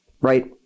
right